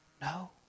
No